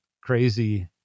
crazy